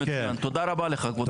תודה רבה לך כבוד היושב ראש.